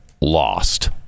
lost